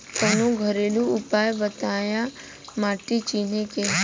कवनो घरेलू उपाय बताया माटी चिन्हे के?